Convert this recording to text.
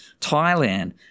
Thailand